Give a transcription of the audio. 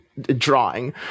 drawing